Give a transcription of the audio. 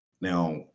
Now